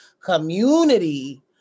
community